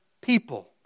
people